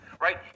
right